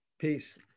Peace